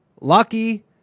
lucky